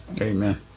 Amen